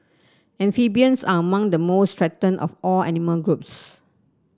amphibians are among the most threatened of all animal groups